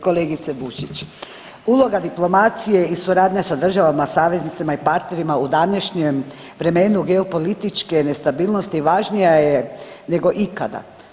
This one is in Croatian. Kolegice Bušić uloga diplomacije i suradnja sa državama saveznicama i partnerima u današnjem vremenu geopolitičke nestabilnosti važnija je nego ikada.